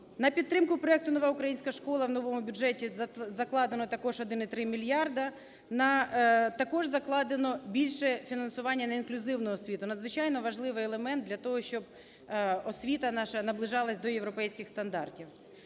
На підтримку проекту "Нова українська школа" в новому бюджеті закладено також 1,3 мільярди. Також закладено більше фінансування на інклюзивну освіту - надзвичайно важливий елемент для того, щоб освіта наша наближалась до європейських стандартів.